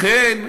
לכן,